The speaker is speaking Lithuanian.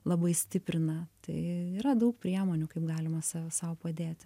labai stiprina tai yra daug priemonių kaip galima save sau padėti